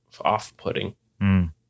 off-putting